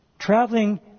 traveling